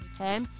Okay